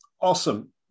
Awesome